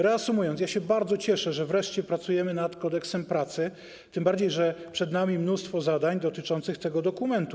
Reasumując, bardzo się cieszę, że wreszcie pracujemy nad Kodeksem pracy, tym bardziej że przed nami mnóstwo zadań dotyczących tego dokumentu.